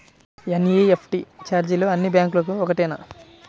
NEFT ఛార్జీలు అన్నీ బ్యాంక్లకూ ఒకటేనా?